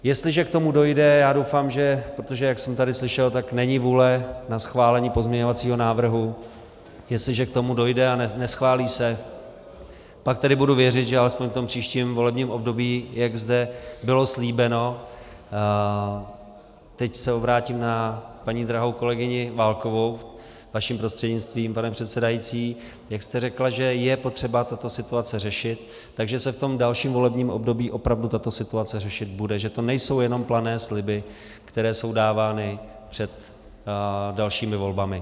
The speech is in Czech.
Jestliže k tomu dojde, já doufám, protože jak jsem tady slyšel, tak není vůle na schválení pozměňovacího návrhu, jestliže k tomu dojde a neschválí se, pak tedy budu věřit, že alespoň v tom příštím volebním období, jak zde bylo slíbeno teď se obrátím na paní drahou kolegyni Válkovou vaším prostřednictvím, pane předsedající, jak jste řekla, že je potřeba tuto situaci řešit, tak že se v tom dalším volebním období opravdu tato situace řešit bude, že to nejsou jenom plané sliby, které jsou dávány před dalšími volbami.